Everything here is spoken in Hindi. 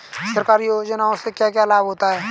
सरकारी योजनाओं से क्या क्या लाभ होता है?